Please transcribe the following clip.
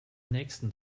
nächsten